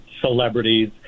celebrities